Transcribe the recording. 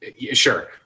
Sure